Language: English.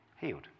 healed